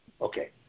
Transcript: Okay